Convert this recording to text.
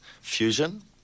fusion